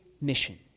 Mission